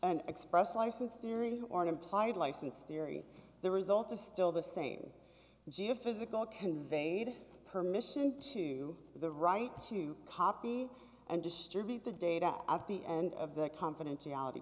an express license theory or an implied license theory the result is still the same geophysical conveyed permission to the right to copy and distribute the data at the end of the confidentiality